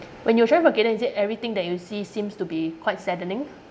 when you trying for kayden is it everything that you see seems to be quite saddening